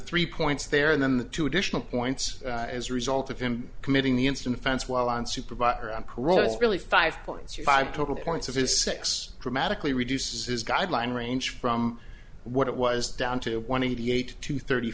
three points there and then the two additional points as a result of him committing the instant offense while on supervisor on corona's really five points or five total points of his six dramatically reduces his guideline rain from what it was down to one eighty eight to thirty